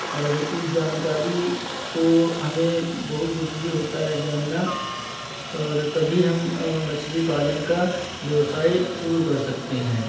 और इस जानकारी को हमें बहुत ज़रूरी होता है जानना और तभी हम मछली पालन का व्यवसाय शुरू कर सकते हैं